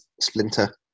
splinter